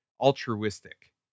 altruistic